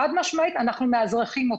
חד משמעית אנחנו מאזרחים אותו,